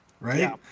right